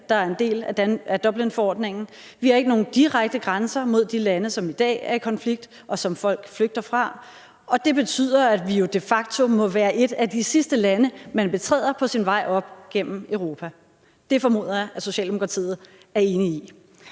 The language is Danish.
der er en del af Dublinforordningen. Vi har ikke nogen direkte grænser mod de lande, som i dag er i konflikt, og som folk flygter fra, og det betyder, at vi jo de facto må være et af de sidste lande, man betræder på sin vej op gennem Europa. Det formoder jeg at Socialdemokratiet er enig i.